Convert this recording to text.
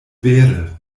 vere